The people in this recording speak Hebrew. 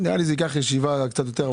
נראה לי שזה ייקח קצת יותר זמן.